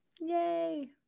Yay